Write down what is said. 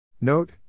Note